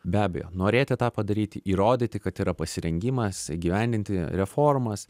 be abejo norėti tą padaryti įrodyti kad yra pasirengimas įgyvendinti reformas